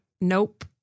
Nope